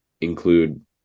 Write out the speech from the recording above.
include